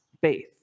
faith